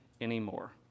anymore